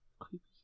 Creepy